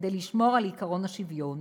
כדי לשמור על עקרון השוויון